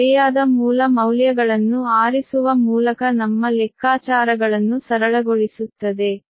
ಇದು ಸರಿಯಾದ ಮೂಲ ಮೌಲ್ಯಗಳನ್ನು ಆರಿಸುವ ಮೂಲಕ ನಮ್ಮ ಲೆಕ್ಕಾಚಾರಗಳನ್ನು ಸರಳಗೊಳಿಸುತ್ತದೆ